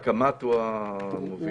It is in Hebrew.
הקמ"ט הוא המוביל,